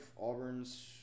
Auburn's